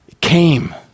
came